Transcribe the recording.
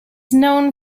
known